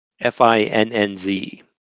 F-I-N-N-Z